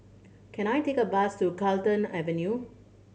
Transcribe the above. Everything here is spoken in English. can I take a bus to Carlton Avenue